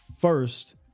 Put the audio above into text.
first